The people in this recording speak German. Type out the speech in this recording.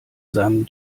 seinem